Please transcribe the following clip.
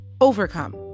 overcome